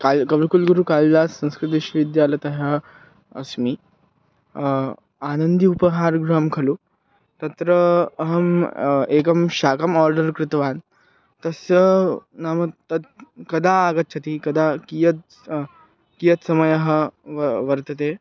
call कविकुलगुरुकालिदासः संस्कृतविश्वविद्यालतः अस्मि आनन्दि उपहारगृहं खलु तत्र अहम् एकं शाकम् आर्डर् कृतवान् तस्य नाम तद् कदा आगच्छति कदा कियत् कियत् समयः वा वर्तते